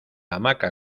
hamaca